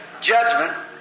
judgment